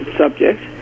subject